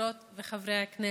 חברות וחברי הכנסת,